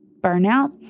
burnout